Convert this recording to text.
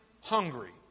hungry